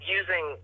using